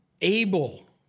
able